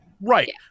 Right